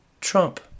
Trump